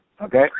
Okay